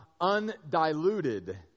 undiluted